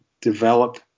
develop